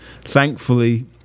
Thankfully